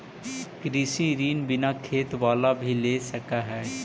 कृषि ऋण बिना खेत बाला भी ले सक है?